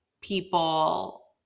people